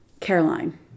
Caroline